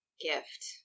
gift